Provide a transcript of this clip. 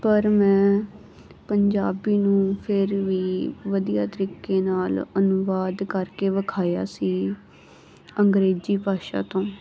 ਪਰ ਮੈਂ ਪੰਜਾਬੀ ਨੂੰ ਫਿਰ ਵੀ ਵਧੀਆ ਤਰੀਕੇ ਨਾਲ ਅਨੁਵਾਦ ਕਰਕੇ ਵਿਖਾਇਆ ਸੀ ਅੰਗਰੇਜ਼ੀ ਭਾਸ਼ਾ ਤੋਂ